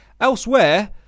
elsewhere